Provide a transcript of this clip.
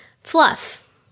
Fluff